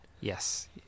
Yes